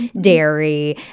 dairy